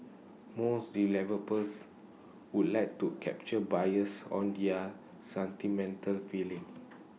most developers would like to capture buyers on their sentimental feeling